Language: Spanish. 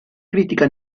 crítica